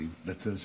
סליחה,